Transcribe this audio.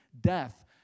death